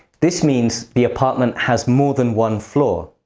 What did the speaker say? this means the apartment has more than one floor.